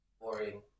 boring